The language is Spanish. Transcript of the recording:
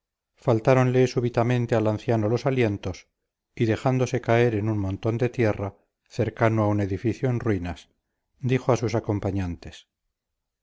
castellseras faltáronle súbitamente al anciano los alientos y dejándose caer en un montón de tierra cercano a un edificio en ruinas dijo a sus acompañantes